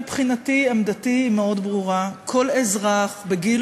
מבחינתי עמדתי מאוד ברורה: כל אזרח בגיל